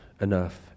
enough